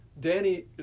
Danny